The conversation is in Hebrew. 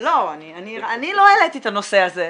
אני לא העליתי את הנושא הזה,